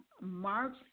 March